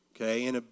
okay